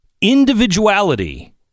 individuality